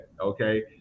Okay